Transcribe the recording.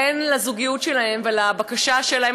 אין לזוגיות שלהם ולבקשה שלהם,